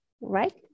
right